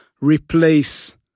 replace